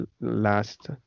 last